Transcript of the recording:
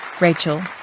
Rachel